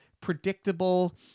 predictable